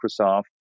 Microsoft